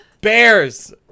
Bears